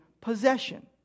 possession